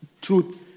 truth